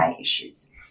issues